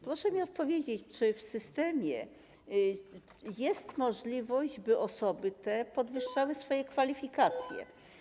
Proszę mi odpowiedzieć: Czy w systemie jest możliwość, by osoby te podwyższały swoje kwalifikacje?